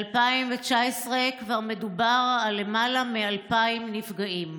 ב-2019 כבר מדובר על למעלה מ-2,000 נפגעים.